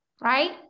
Right